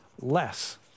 less